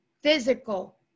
physical